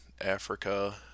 Africa